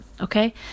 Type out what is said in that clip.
okay